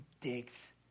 digs